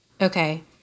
Okay